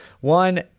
One